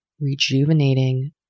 Rejuvenating